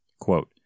Quote